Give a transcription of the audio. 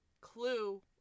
clue